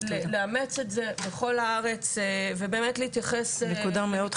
לאמץ את זה בכל הארץ ובאמת להתייחס למיקום